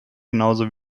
genauso